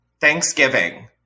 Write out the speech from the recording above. Thanksgiving